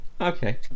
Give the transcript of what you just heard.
Okay